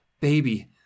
baby